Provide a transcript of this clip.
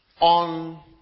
on